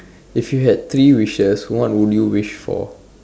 if you had three wishes what would you wish for